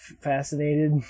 fascinated